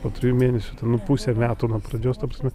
po trijų mėnesių nu pusę metų nuo pradžios ta prasme